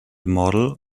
model